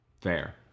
fair